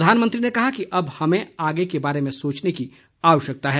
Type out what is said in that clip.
प्रधानमंत्री ने कहा कि अब हमें आगे के बारे में सोचने की आवश्यकता है